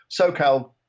SoCal